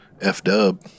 F-dub